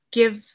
give